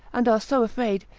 and are so afraid,